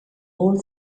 all